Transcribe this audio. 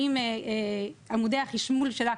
עם עמודי החשמול שלה,